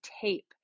tape